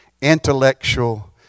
intellectual